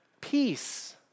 peace